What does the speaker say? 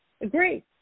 Agree